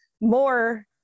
more